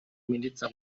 милиция